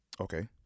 Okay